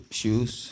shoes